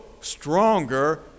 stronger